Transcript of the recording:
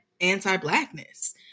anti-Blackness